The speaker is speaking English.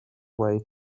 away